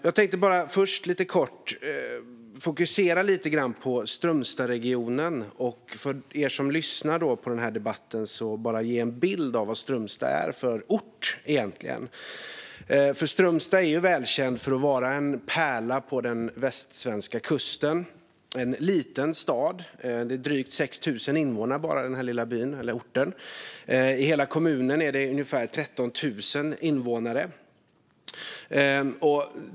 Jag tänkte fokusera på Strömstadsregionen och lite kort ge dem som lyssnar på den här debatten en bild av vad Strömstad är för ort. Strömstad är ju välkänt för att vara en pärla på den västsvenska kusten. Det är en liten stad; det är bara drygt 6 000 invånare på denna lilla ort. I hela kommunen är det ungefär 13 000 invånare.